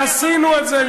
ועשינו את זה.